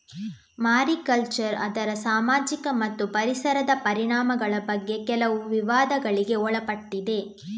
mariculture ಅದರ ಸಾಮಾಜಿಕ ಮತ್ತು ಪರಿಸರದ ಪರಿಣಾಮಗಳ ಬಗ್ಗೆ ಕೆಲವು ವಿವಾದಗಳಿಗೆ ಒಳಪಟ್ಟಿದೆ